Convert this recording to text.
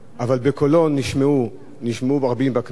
אבל בקולו שמעו רבים בכנסת,